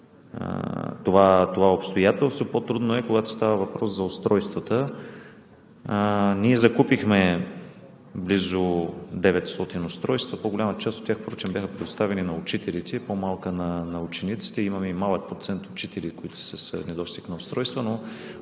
това обстоятелство, по-трудно е, когато става въпрос за устройствата. Ние закупихме близо 900 устройства, по-голяма част от тях впрочем бяха предоставени на учителите, по-малка – на учениците. Имаме и малък процент учители, които са с недостиг на устройства.